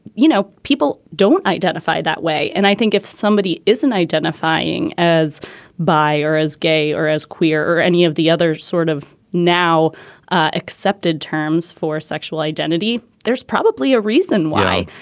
you know, people don't identify that way. and i think if somebody isn't identifying as bi or as gay or as queer or any of the other sort of now accepted terms for sexual identity, there's probably a reason why,